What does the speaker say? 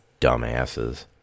dumbasses